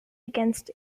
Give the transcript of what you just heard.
against